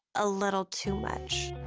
a little too much.